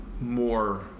more